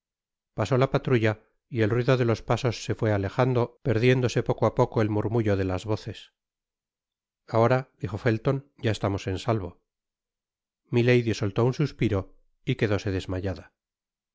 pasó la patrulla y el ruido de los pasos se fué alejando y perdiéndose poco á poco el murmullo de las voces ahora dijo felton ya estamos en salvo milady soltó un suspiro y quedóse desmayada